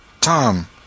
Tom